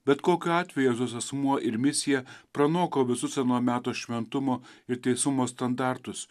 bet kokiu atveju jėzaus asmuo ir misija pranoko visus ano meto šventumo ir teisumo standartus